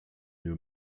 new